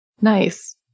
Nice